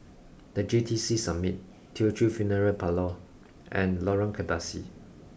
the J T C Summit Teochew Funeral Parlour and Lorong Kebasi